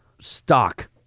stock